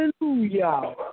Hallelujah